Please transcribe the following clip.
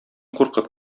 куркып